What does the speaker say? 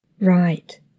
right